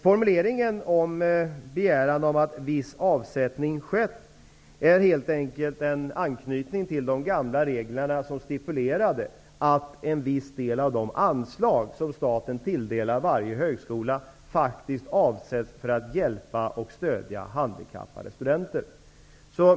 Formuleringen ''uppgift om att viss avsättning skett'' är helt enkelt en anknytning till de gamla reglerna, som stipulerade att en viss del av de anslag som staten tilldelade varje högskola skulle avsättas för att hjälpa och stödja handikappade studenter.